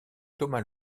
thomas